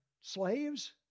slaves